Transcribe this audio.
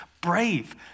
brave